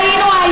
לא,